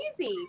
easy